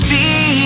See